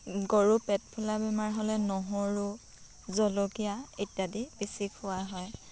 গৰুৰ পেট ফুলা বেমাৰ হ'লে নহৰু জলকীয়া ইত্যাদি পিচি খুওৱা হয়